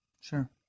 Sure